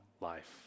life